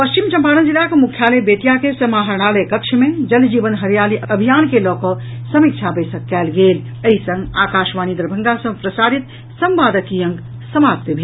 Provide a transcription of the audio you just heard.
पश्चिम चम्पारण जिलाक मुख्यालय बेतिया के समाहरणालय कक्ष मे जल जीवन हरियाली अभियान के लऽ कऽ समीक्षा बैसक कयल गेलं एहि संग आकाशवाणी दरभंगा सँ प्रसारित संवादक ई अंक समाप्त भेल